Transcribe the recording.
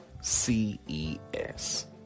CES